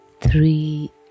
three